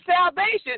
salvation